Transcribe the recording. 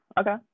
Okay